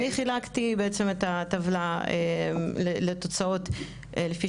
אני חילקתי בעצם את הטבלה לתוצאות לפי